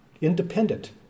independent